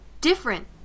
different